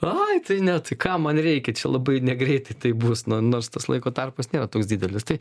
ai tai ne tai kam man reikia čia labai negreitai tai bus nu nors tas laiko tarpas nėra toks didelis tai